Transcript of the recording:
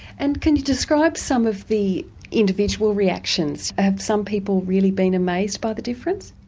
and can you describe some of the individual reactions have some people really been amazed by the difference?